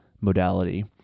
modality